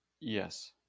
Yes